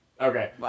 okay